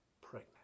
pregnant